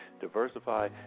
Diversify